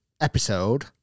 episode